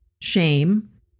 shame